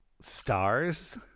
Stars